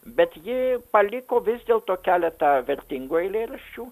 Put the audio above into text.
bet ji paliko vis dėlto keletą vertingų eilėraščių